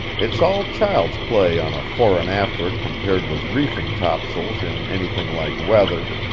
it's all child's play on a fore-and-after compared with reefing topsails in anything like weather,